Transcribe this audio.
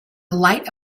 light